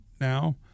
now